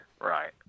right